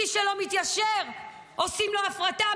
מי שלא מתיישר עושים לו הפרטה,